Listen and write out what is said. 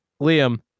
Liam